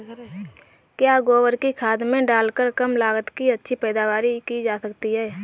क्या गोबर की खाद को डालकर कम लागत में अच्छी पैदावारी की जा सकती है?